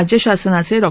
राज्य शासनाचे डॉ